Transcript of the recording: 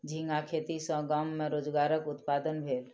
झींगा खेती सॅ गाम में रोजगारक उत्पादन भेल